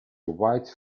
white